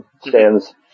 stands